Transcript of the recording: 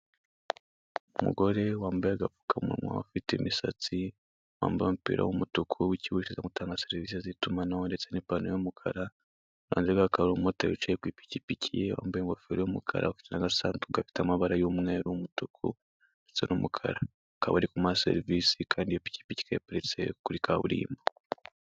Umugore wambaye agapfukamunwa, ufite imisatsi, wambaye umupira w'umutuku w'ikigo gishinzwe gutanga serivisi z'itumanaho, ndetse n'ipantaro y'umukara. Iruhande rwe hakaba hari umumotari wicaye ku ipikipiki, wambaye ingofero y'umukara, ufite n'agasanduku gafite amabara y'umweru, umutuku n'umukara. Akaba ari kumuha serivisi kandi iyo pikipiki ikaba iparitse kuri kaburimbo.